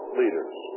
leaders